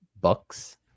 bucks